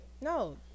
No